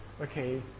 Okay